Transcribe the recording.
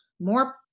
more